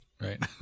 Right